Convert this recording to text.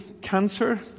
cancer